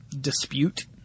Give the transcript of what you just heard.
dispute